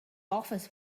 office